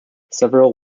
several